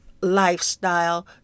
lifestyle